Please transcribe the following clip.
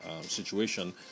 situation